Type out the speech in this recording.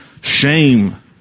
shame